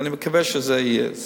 ואני מקווה שזה יהיה.